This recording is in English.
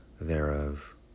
thereof